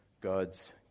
God's